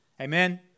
Amen